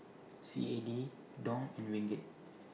C A D Dong and Ringgit